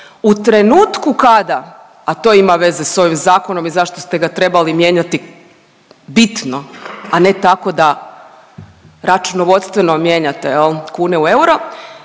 U trenutku kada, a to ima veze s ovim zakonom i zašto ste ga trebali mijenjati bitno, a ne tako da računovodstveno mijenjate jel kune u euro,